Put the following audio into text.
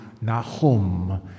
Nahum